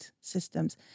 systems